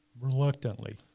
Reluctantly